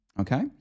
okay